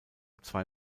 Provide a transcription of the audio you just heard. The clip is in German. zwei